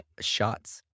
shots